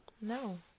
no